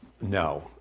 no